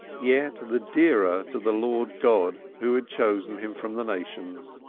yet the dearer to the lord god who had chosen him from the nations.